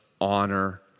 honor